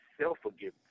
self-forgiveness